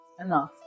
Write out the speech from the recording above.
enough